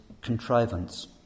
contrivance